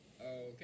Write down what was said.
Okay